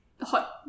Hot